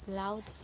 loud